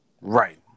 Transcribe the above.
Right